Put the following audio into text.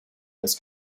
this